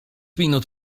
minut